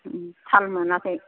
उम थाल मोनाखै